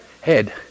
Head